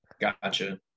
Gotcha